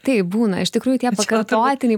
taip būna iš tikrųjų tie pakartotiniai